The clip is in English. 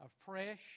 afresh